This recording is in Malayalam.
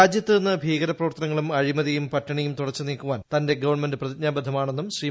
രാജ്യത്ത് നിന്ന് ഭീകര പ്രവർത്തനങ്ങളും അഴിമതിയും പട്ടിണിയും തുടച്ചു നീക്കുവാൻ തന്റെ ഗവൺമെന്റ് പ്രതിജ്ഞാബദ്ധമാണെന്നും ശ്രീ